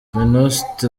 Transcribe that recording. venuste